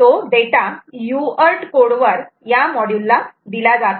तो data UART code वर या मॉड्यूल ला दिला जात आहे